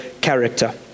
character